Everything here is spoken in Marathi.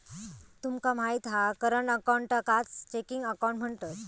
तुमका माहित हा करंट अकाऊंटकाच चेकिंग अकाउंट म्हणतत